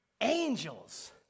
angels